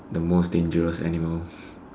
the most dangerous animal